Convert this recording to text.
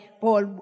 Paul